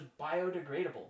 biodegradable